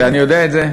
ואני יודע את זה.